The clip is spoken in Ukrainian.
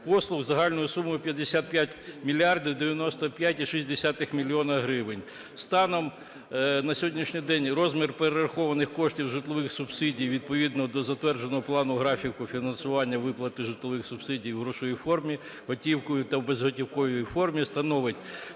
послуг загальною сумою 55 мільярдів 95,6 мільйона гривень. Станом на сьогоднішній день розмір перерахованих коштів житлових субсидій, відповідно до затвердженого плану-графіку фінансування виплати житловий субсидій у грошовій формі готівкою та в безготівковій формі, становить